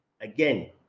again